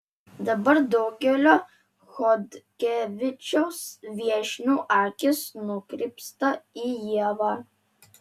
dabar daugelio chodkevičiaus viešnių akys nukrypsta į ievą